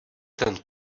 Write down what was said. ten